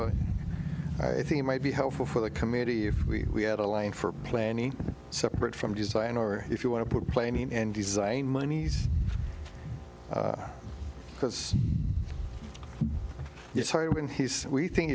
a i think it might be helpful for the committee if we had a line for planning separate from design or if you want to put planing and design monies because it's hard when he said we thin